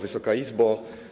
Wysoka Izbo!